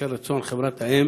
בשל רצון החברה האם